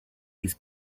his